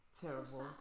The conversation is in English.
terrible